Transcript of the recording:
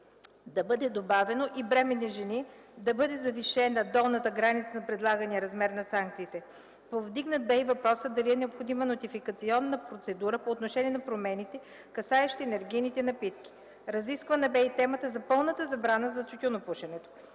да бъде добавено „и бременни жени”; да бъде завишена долната граница на предлагания размер на санкциите. Повдигнат бе и въпросът дали е необходима нотификационна процедура по отношение на промените, касаещи енергийните напитки; разисквана бе и темата за пълната забрана за тютюнопушенето.